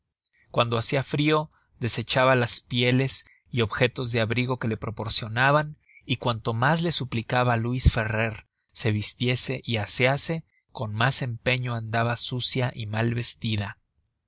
cuando hacia frio desechaba las pieles y objetos de abrigo que le proporcionaban y cuanto mas la suplicaba luis ferrer se vistiese y asease con mas empeño andaba sucia y mal vestida